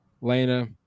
Lena